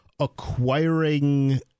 acquiring